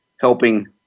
helping